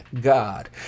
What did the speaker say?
God